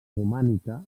romànica